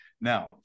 Now